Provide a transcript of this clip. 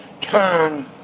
turn